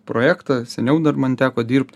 projektą seniau dar man teko dirbt